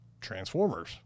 Transformers